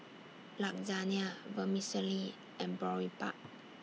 Lasagne Vermicelli and Boribap